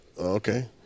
Okay